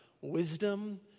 wisdom